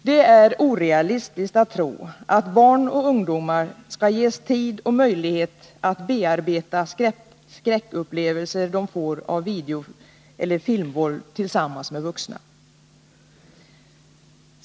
Det är orealistiskt att tro att barn och ungdomar skall ges tid och möjlighet att bearbeta skräckupplevelser som de fått av videoeller filmvåld tillsammans med vuxna.